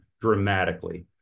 dramatically